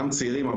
גם צעירים,